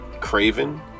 Craven